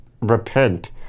repent